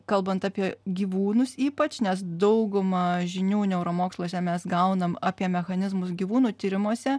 kalbant apie gyvūnus ypač nes daugumą žinių neuromoksluose mes gaunam apie mechanizmus gyvūnų tyrimuose